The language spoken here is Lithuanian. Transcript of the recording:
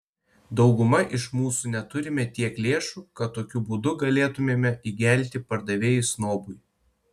dauguma iš mūsų neturime tiek lėšų kad tokiu būdu galėtumėme įgelti pardavėjui snobui